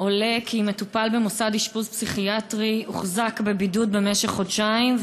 עולה כי מטופל במוסד אשפוז פסיכיאטרי הוחזק בבידוד במשך חודשיים,